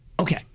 Okay